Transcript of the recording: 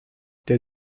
der